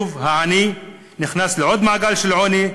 שוב העני נכנס לעוד מעגל של עוני,